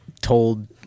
told